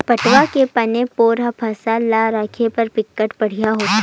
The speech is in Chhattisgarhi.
पटवा के बने बोरा ह फसल ल राखे बर बिकट बड़िहा होथे